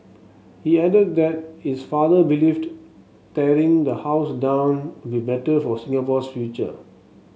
he added that his father believed tearing the house down would be better for Singapore's future